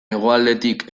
hegoaldetik